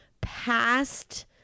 past